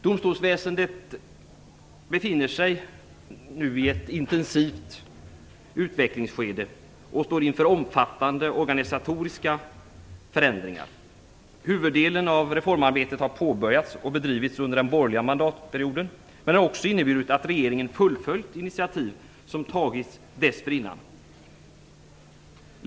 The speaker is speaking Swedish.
Domstolsväsendet befinner sig nu i ett intensivt utvecklingsskede och står inför omfattande organisatoriska förändringar. Huvuddelen av reformarbetet har påbörjats och bedrivits under den borgerliga regeringsperioden. Det är roligt att regeringen har fullföljt initiativ som tagits tidigare.